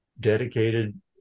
dedicated